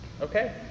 Okay